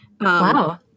Wow